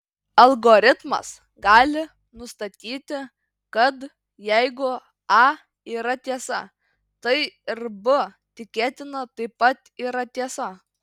algoritmas gali nustatyti kad jeigu a yra tiesa tai ir b tikėtina taip pat yra tiesa